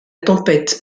tempête